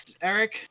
Eric